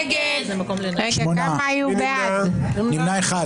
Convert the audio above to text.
מי נמנע?